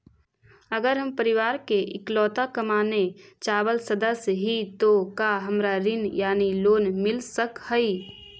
अगर हम परिवार के इकलौता कमाने चावल सदस्य ही तो का हमरा ऋण यानी लोन मिल सक हई?